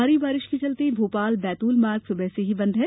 भारी बारिश के चलते भोपाल बैतूल मार्ग सुबह से बंद है